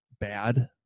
bad